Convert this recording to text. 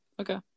Okay